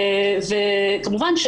כמובן,